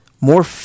more